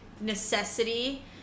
necessity